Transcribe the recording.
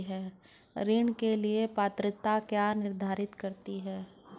ऋण के लिए पात्रता क्या निर्धारित करती है?